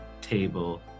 table